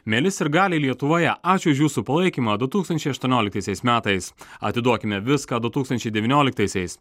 mieli sirgaliai lietuvoje ačiū už jūsų palaikymą du tūkstančiai aštuonioliktaisiais metais atiduokime viską du tūkstančiai devynioliktaisiais